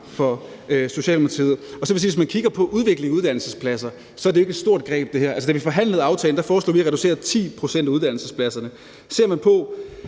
det en værdikamp. Så vil jeg sige, at hvis man kigger på udviklingen i uddannelsespladser, er det her jo ikke et stort greb. Altså, da vi forhandlede aftalen, foreslog vi at reducere med 10 pct. af uddannelsespladserne, og ser man på